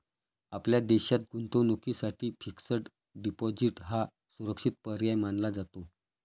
आपल्या देशात गुंतवणुकीसाठी फिक्स्ड डिपॉजिट हा सुरक्षित पर्याय मानला जातो